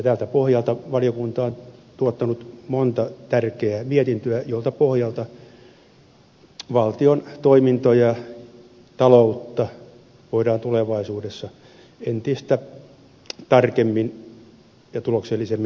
tältä pohjalta valiokunta on tuottanut monta tärkeää mietintöä jolta pohjalta valtion toimintoja ja taloutta voidaan tulevaisuudessa entistä tarkemmin ja tuloksellisemmin valvoa